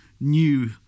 new